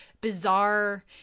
bizarre